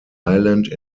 island